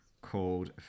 called